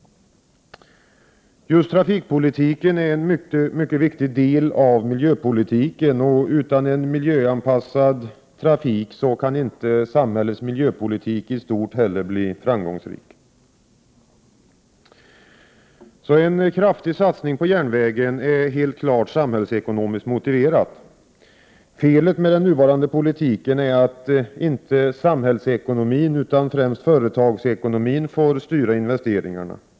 Just trafikpolitiken är en mycket viktig del av miljöpolitiken. Utan en miljöanpassad trafik kan inte samhällets miljöpolitik i stort bli framgångsrik. En kraftig satsning på järnvägen är helt klart samhällsekonomiskt motiverad. Felet med den nuvarande politiken är att inte samhällsekonomin, utan främst företagsekonomin får styra investeringarna.